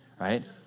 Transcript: right